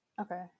Okay